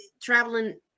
traveling